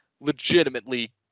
legitimately